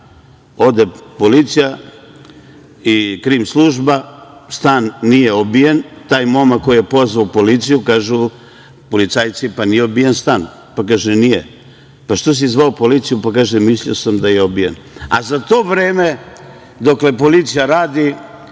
policija i krim služba, stan nije obijen, taj momak koji je pozvao policiju, kažu policajci, pa nije obijen stan, pa kaže on, nije, pa što si zvao policiju, pa kaže – mislio sam da je obijen.Za to vreme dok je policija radila,